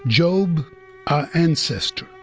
job, our ancestor.